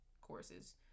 courses